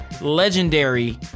legendary